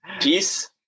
peace